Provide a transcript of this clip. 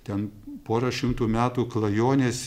ten porą šimtų metų klajonės